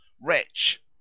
Wretch